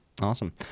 Awesome